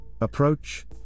approach